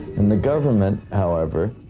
and the government, however,